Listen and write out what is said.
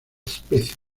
especie